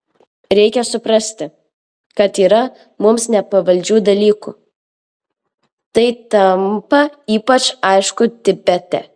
reikia suprasti kad yra mums nepavaldžių dalykų tai tampa ypač aišku tibete